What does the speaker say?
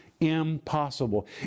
impossible